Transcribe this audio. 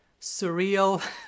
surreal